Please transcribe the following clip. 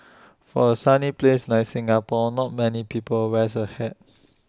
for A sunny place like Singapore not many people wears A hat